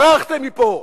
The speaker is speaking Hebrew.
ברחתם מפה.